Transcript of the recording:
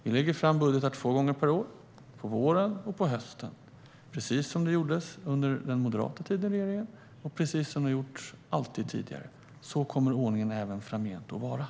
Vi lägger fram budgetar två gånger per år: på våren och på hösten, precis som man gjorde under den moderata regeringens tid och precis som man alltid har gjort. Så kommer ordningen att vara även framgent.